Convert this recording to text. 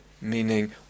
meaning